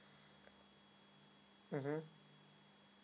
mmhmm